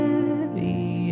Heavy